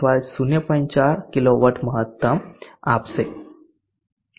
4 kilowatt મહત્તમ આપશે